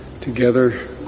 together